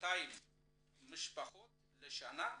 ל-200 משפחות לשנה,